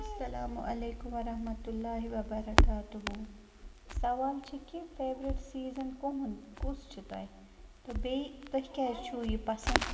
اَسَلامُ علیکُم وَرحمتُہ اللہِ وَبرکاتہوٗ سَوال چھِ کہِ فیورِٹ سیٖزَن کُہُنٛد کُس چھُ تۄہہِ تہٕ بیٚیہِ تُہۍ کیٛازِ چھُو یہِ پَسنٛد